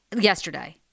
yesterday